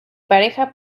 pareja